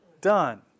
done